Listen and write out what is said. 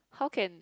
how can